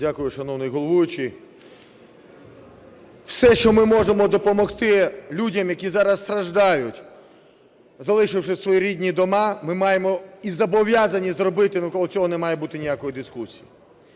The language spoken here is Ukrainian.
Дякую, шановний головуючий. Все, що ми можемо допомогти людям, які зараз страждають, залишивши свої рідні дома, ми маємо і зобов'язані зробити. Навколо цього не має бути ніякої дискусії.